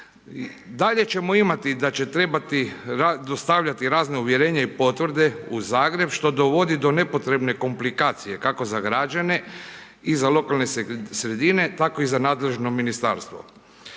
Dalje ćemo imati da će trebati dostavljati razna uvjerenja i potvrde u Zagreb što dovodi do nepotrebne komplikacije kako za građane i za lokalne sredine tako i za nadležno ministarstvo.